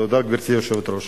תודה, גברתי היושבת-ראש.